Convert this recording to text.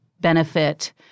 benefit